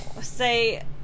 say